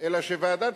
אלא שוועדת